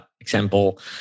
example